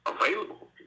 available